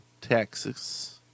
Texas